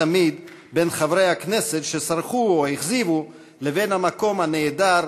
תמיד את חברי הכנסת שסרחו או הכזיבו עם המקום הנהדר,